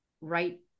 right